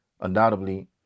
Undoubtedly